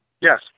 Yes